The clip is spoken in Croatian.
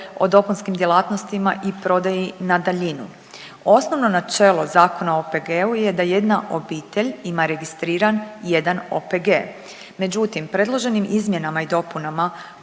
o dopunskim djelatnostima i prodaji na daljinu. Osnovno načelo Zakona o OPG-u je da jedna obitelj ima registriran jedan OPG. Međutim, predloženim izmjenama i dopunama